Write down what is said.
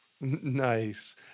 Nice